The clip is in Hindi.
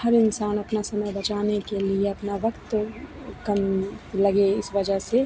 हर इंसान अपना समय बचाने के लिए अपना वक्त कम लगे इस वजह से